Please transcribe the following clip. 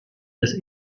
des